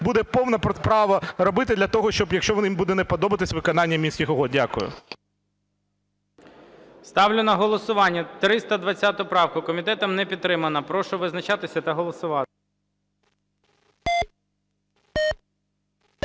буде повне право робити для того, якщо їм буде не подобатись виконання Мінських угод. Дякую. ГОЛОВУЮЧИЙ. Ставлю на голосування 320 правку. Комітетом не підтримана. Прошу визначатись та голосувати.